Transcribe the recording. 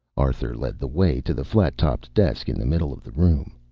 arthur led the way to the flat-topped desk in the middle of the room.